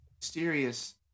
mysterious